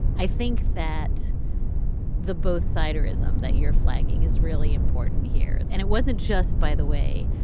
i think that the both sides prism that you're flagging is really important here. and it wasn't just, by the way.